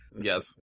Yes